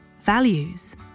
values